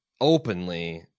openly